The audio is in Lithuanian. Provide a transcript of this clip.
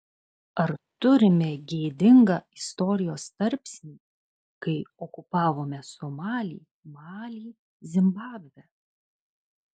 ar turime gėdingą istorijos tarpsnį kai okupavome somalį malį zimbabvę